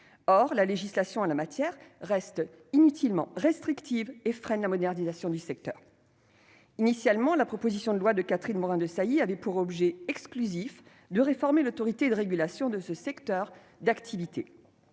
Or la législation en la matière reste inutilement restrictive et freine la modernisation du secteur. Initialement, la proposition de loi de Catherine Morin-Desailly avait pour objet exclusif de réformer l'autorité de régulation de ce secteur d'activité.